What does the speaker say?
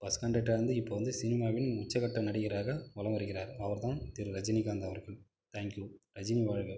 bus கண்டெக்டராக இருந்து இப்போது வந்து சினிமாவின் உச்சக்கட்ட நடிகராக வலம் வருகிறார் அவர் தான் திரு ரஜினிகாந்த் அவர்கள் தேங்க்யூ ரஜினி வாழ்க